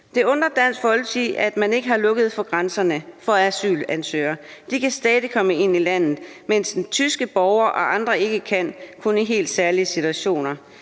Det undrer Dansk Folkeparti, at man ikke har lukket for grænserne for asylansøgere. De kan stadig komme ind i landet, mens tyske borgere og andre ikke kan, kun i helt særlige situationer.